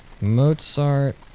Mozart